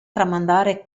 tramandare